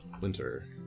winter